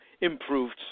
improved